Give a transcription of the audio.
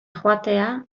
joatea